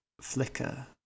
flicker